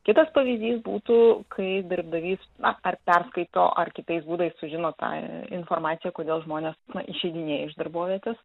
kitas pavyzdys būtų kai darbdavys na ar perskaito ar kitais būdais sužino tą informaciją kodėl žmonės na išeidinėja iš darbovietės